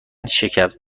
شگفت